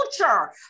Culture